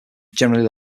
generally